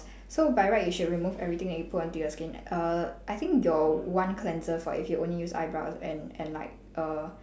so by right you should remove everything that you put onto your skin err I think your one cleanser for if you only use eyebrows and and like err